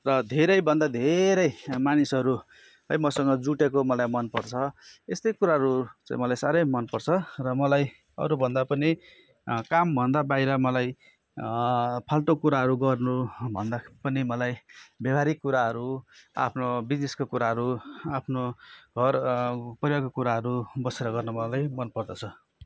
र धेरै भन्दा धेरै मानिसहरू है म सँग जुटेको मलाई मनपर्छ यस्तै कुराहरू चाहिँ मलाई साह्रै मनपर्छ र मलाई अरू भन्दा पनि काम भन्दा बाहिर मलाई फाल्टो कुराहरू गर्नु भन्दा पनि मलाई व्यवहारिक कुराहरू आफ्नो बिज्नेसको कुराहरू आफ्नो घर परिवारको कुराहरू बसेर गर्न मलाई मनपर्दछ